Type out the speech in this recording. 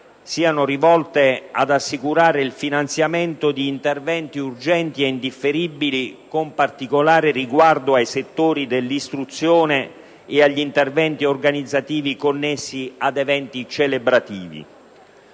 siano rivolte ad assicurare il finanziamento di interventi urgenti e indifferibili, con particolare riguardo ai settori dell'istruzione e agli interventi organizzativi connessi a eventi celebrativi.